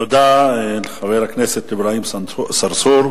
תודה לחבר הכנסת אברהים צרצור,